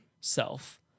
self